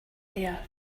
there